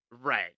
right